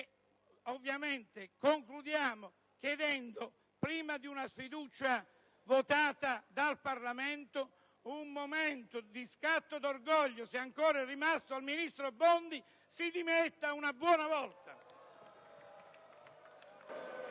Regolamento. Concludiamo chiedendo, prima di una sfiducia votata dal Parlamento, uno scatto d'orgoglio, se ancora ne è rimasto al ministro Bondi: si dimetta una buona volta!